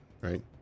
right